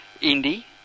Indy